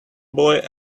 boy